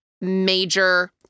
major